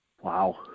Wow